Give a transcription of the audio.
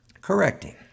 Correcting